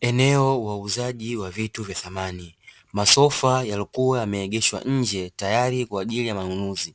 Eneo la uzaji wa vitu vya samani, masofa yaliyokuwa yameegeshwa nje tayali kwa ajili ya manunuzi,